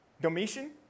Domitian